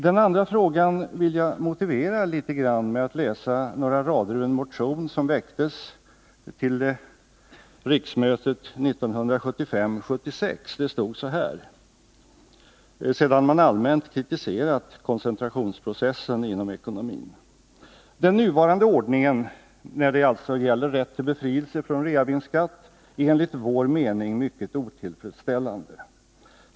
Den andra frågan vill jag motivera med att läsa några rader ur en motion som väcktes till riksmötet 1975/76. Där stod det, sedan man mera allmänt kritiserat koncentrationsprocessen inom ekonomin, så här: ”Den nuvarande ordningen” — när det gäller rätt till befrielse från reavinstskatt— ”är enligt vår mening mycket otillfredsställande.